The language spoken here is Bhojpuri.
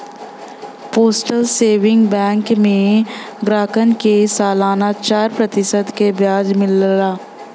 पोस्टल सेविंग बैंक में ग्राहकन के सलाना चार प्रतिशत क ब्याज मिलला